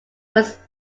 was